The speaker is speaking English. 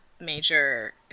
major